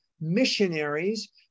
missionaries